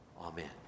Amen